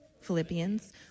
Philippians